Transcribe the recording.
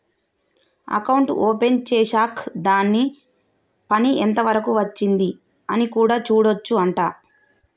account open చేశాక్ దాని పని ఎంత వరకు వచ్చింది అని కూడా చూడొచ్చు అంట